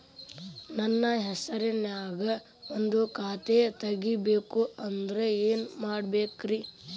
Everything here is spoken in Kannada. ನನ್ನ ಹೆಸರನ್ಯಾಗ ಒಂದು ಖಾತೆ ತೆಗಿಬೇಕ ಅಂದ್ರ ಏನ್ ಮಾಡಬೇಕ್ರಿ?